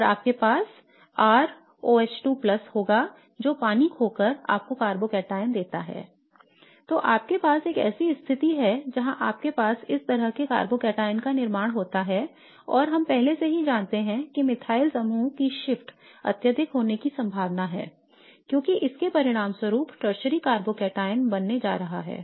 तो आपके पास R OH2 होगा जो जो पानी को खोकर आपको कार्बोकैटायन देता है I तो हमारे पास एक ऐसी स्थिति है जहां आपके पास इस तरह के कार्बोकैटायन का निर्माण होता है और हम पहले से ही जानते हैं कि मिथाइल समूह की शिफ्ट अत्यधिक होने की संभावना है क्योंकि इसके परिणामस्वरूप टर्शरी कार्बोकैटायन बनने जा रहा है